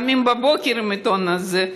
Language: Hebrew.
קמים בבוקר עם העיתון הזה,